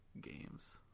games